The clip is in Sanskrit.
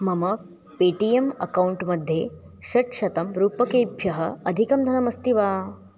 मम पे टी एम् अकौण्ट् मध्ये षट्शतं रूप्यकेभ्यः अधिकं धनमस्ति वा